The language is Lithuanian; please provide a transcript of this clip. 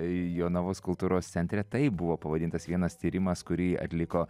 jonavos kultūros centre taip buvo pavadintas vienas tyrimas kurį atliko